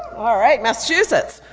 all right, massachusetts!